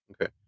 okay